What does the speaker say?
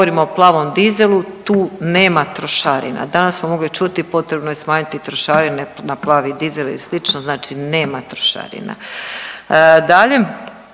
govorimo o plavom dizelu tu nema trošarina. Danas smo mogli čuti potrebno je smanjiti trošarine na plavi dizel i slično, znači nema trošarina.